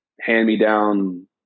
Hand-me-down